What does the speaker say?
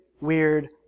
weird